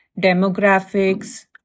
demographics